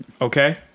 Okay